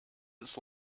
its